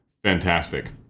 Fantastic